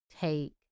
take